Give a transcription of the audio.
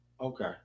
Okay